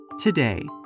Today